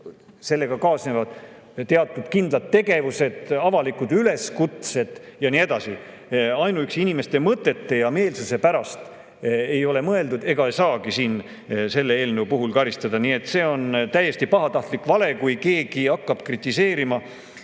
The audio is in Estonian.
sellega kaasnevad teatud tegevused, avalikud üleskutsed ja nii edasi. Ainuüksi inimeste mõtete ja meelsuse pärast ei ole mõeldud ega ei saagi siin selle eelnõu puhul karistada. Nii et see on täiesti pahatahtlik vale, millega hakata